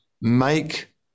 make